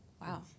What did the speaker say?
Wow